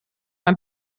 ein